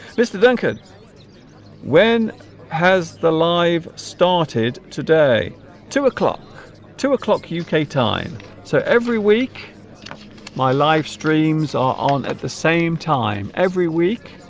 mr. duncan when has the live started today two o'clock two o'clock yeah uk time so every week my live streams are on at the same time every week